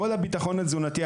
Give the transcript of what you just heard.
כל הביטחון התזונתי,